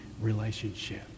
relationship